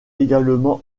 également